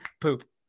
poop